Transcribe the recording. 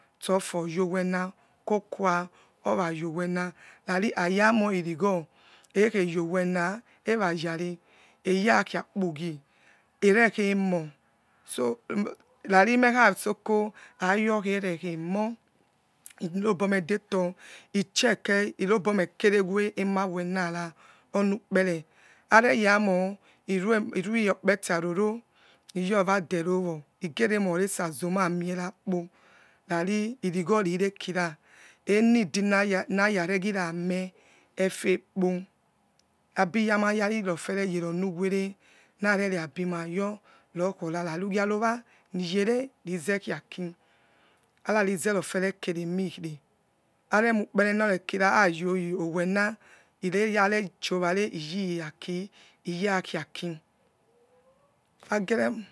Sto foyowena kokuwa orayowena rari ayamoi irogho ekheyowena erayare eyakhikpugie erekhaemo so rari mekhasoko hayo kherekhemo irobo medebo checke irobomekerewe emawenara onukpere areyamo irue okpetiaroro iyarwaderowo igeremo rese azuma mierakpo ra ri irigho rirekira eneedi narareghirame efekpo nabi marofiere yere onuwe re nare riabomayo rokhora rari ugie arowonimajere izekhia aki ararize rofiere keremire aremoi ukpere nayeh owena riyare chiowa re iyiaki irkhiaki agereh